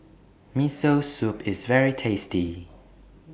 Miso Soup IS very tasty